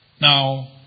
Now